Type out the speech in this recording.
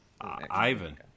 Ivan